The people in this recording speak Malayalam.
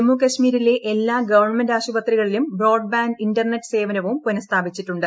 ജമ്മു ക്ശ്മീരിലെ എല്ലാ ഗവൺമെന്റ് ആശുപത്രികളിലും ബ്രോഡ്ബാൻഡ് ഇന്റർനെറ്റ് സേവനവും പുനഃസ്ഥാപിച്ചിട്ടുണ്ട്